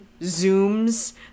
zooms